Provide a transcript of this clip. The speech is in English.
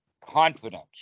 confidence